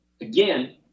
again